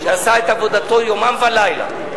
שעשה את עבודתו יומם ולילה,